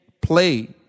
play